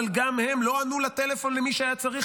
אבל גם הם לא ענו לטלפון למי שהיה צריך,